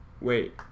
Wait